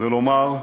ולומר: